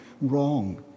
Wrong